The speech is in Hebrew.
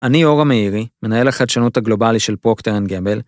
אני יורם מאירי, מנהל החדשנות הגלובלי של פרוקטר אנד גמבל.